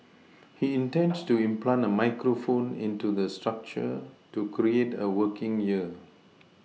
he intends to implant a microphone into the structure to create a working ear